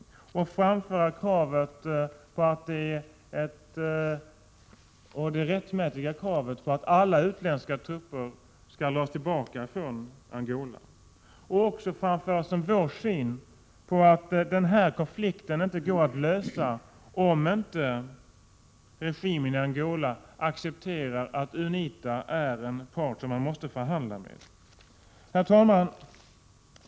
Vi måste framföra det 18 maj 1988 rättmätiga kravet att alla utländska trupper skall dras tillbaka från Angola och även framföra som vår syn att den här konflikten inte går att lösa om inte regimen i Angola accepterar att UNITA är en part som man måste förhandla med. Herr talman!